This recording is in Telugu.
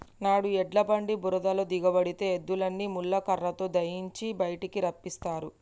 నాడు ఎడ్ల బండి బురదలో దిగబడితే ఎద్దులని ముళ్ళ కర్రతో దయియించి బయటికి రప్పిస్తారు